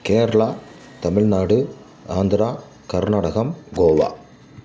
Kerala Tamil Nadu Andhra Karnatakam Goa